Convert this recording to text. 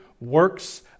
works